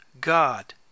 God